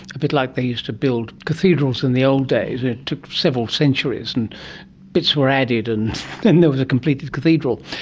a bit like they used to build cathedrals in the old days, it took several centuries and bits were added and then there was a completed cathedral.